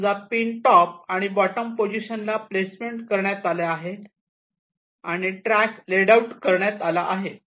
समजा pin top आणि bottom पोझिशनला प्लेसमेंट करण्यात आल्या आहे आणि ट्रॅक लेड आऊट करण्यात आला आहे